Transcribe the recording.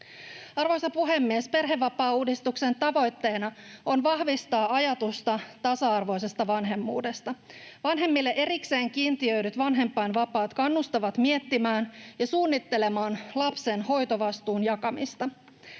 Arvoisa puhemies! Perhevapaauudistuksen tavoitteena on vahvistaa ajatusta tasa-arvoisesta vanhemmuudesta. Vanhemmille erikseen kiintiöidyt vanhempainvapaat kannustavat miettimään ja suunnittelemaan lapsen hoitovastuun jakamista.